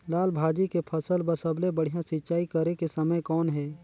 लाल भाजी के फसल बर सबले बढ़िया सिंचाई करे के समय कौन हे?